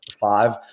five